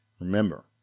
Remember